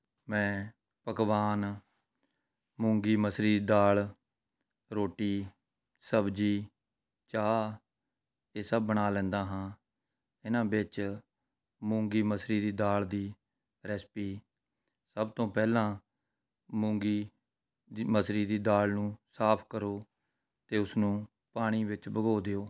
ਮੈਂ ਪਕਵਾਨ ਮੂੰਗੀ ਮਸਰੀ ਦਾਲ ਰੋਟੀ ਸਬਜ਼ੀ ਚਾਹ ਇਹ ਸਭ ਬਣਾ ਲੈਂਦਾ ਹਾਂ ਇਹਨਾਂ ਵਿੱਚ ਮੂੰਗੀ ਮਸਰੀ ਦੀ ਦਾਲ ਦੀ ਰੈਸੇਪੀ ਸਭ ਤੋਂ ਪਹਿਲਾਂ ਮੂੰਗੀ ਮਸਰੀ ਦੀ ਦਾਲ ਨੂੰ ਸਾਫ਼ ਕਰੋ ਅਤੇ ਉਸ ਨੂੰ ਪਾਣੀ ਵਿੱਚ ਭਿਗੋ ਦਿਓ